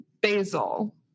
basil